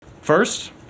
First